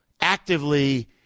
actively